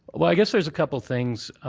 well, i guess there's a couple things.